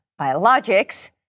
biologics